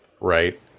right